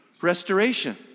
Restoration